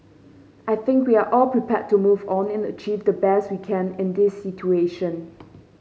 I think we are all prepared to move on and achieve the best we can in this situation